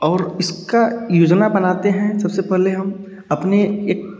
और इसकी योजना बनाते हैं सब से पहले हम अपने एक